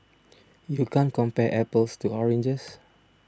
you can't compare apples to oranges